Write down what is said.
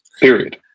Period